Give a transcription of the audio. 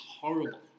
horrible